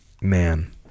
man